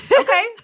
okay